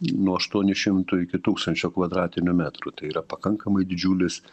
nuo aštuonių šimtų iki tūkstančio kvadratinių metrų tai yra pakankamai didžiulis